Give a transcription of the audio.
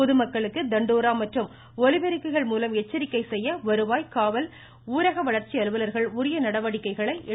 பொதுமக்களுக்கு தண்டோரா மற்றும் ஒலிபெருக்கிகள் மூலம் எச்சரிக்கை செய்ய வருவாய் காவல் ஊரக வளர்ச்சி அலுவலர்கள் உரிய நடவடிக்கைகளை எடுத்து வருகின்றனா்